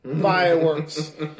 fireworks